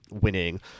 winning